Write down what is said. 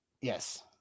Yes